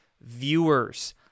viewers